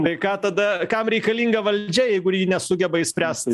tai ką tada kam reikalinga valdžia jeigu ji nesugeba išspręst